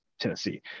Tennessee